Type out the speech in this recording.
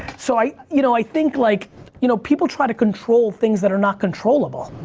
so i you know i think like you know people try to control things that are not controllable.